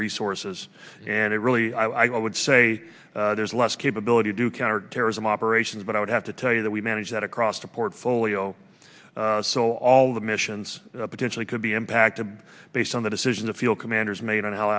resources and it really i would say there's less capability to do counterterrorism operations but i would have to tell you that we manage that across the portfolio so all of the missions potentially could be impacted based on the decision the field commanders made and how